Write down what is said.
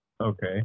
Okay